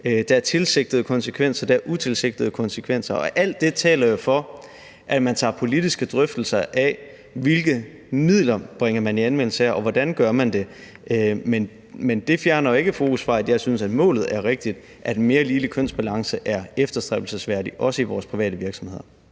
Der er tilsigtede konsekvenser, og der er utilsigtede konsekvenser. Og alt det taler jo for, at man tager politiske drøftelser af, hvilke midler man bringer i anvendelse her, og hvordan man gør det. Men det fjerner jo ikke fokus fra, at jeg synes, at målet er rigtigt: at en mere ligelig kønsbalance er efterstræbelsesværdigt, også i vores private virksomheder.